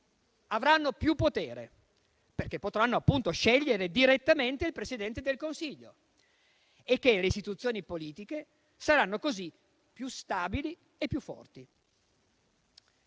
avranno più potere, perché potranno, appunto, scegliere direttamente il Presidente del Consiglio, e che le istituzioni politiche saranno così più stabili e più forti.